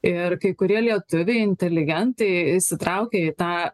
ir kai kurie lietuviai inteligentai įsitraukė į tą